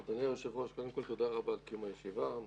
אדוני היושב-ראש, תודה על קיום הישיבה.